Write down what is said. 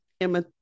emma